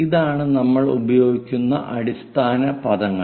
ഇതാണ് നമ്മൾ ഉപയോഗിക്കുന്ന അടിസ്ഥാന പദങ്ങൾ